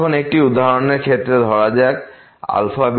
এখন একটি উদাহরণের ক্ষেত্রে ধরা যাক αβ∈R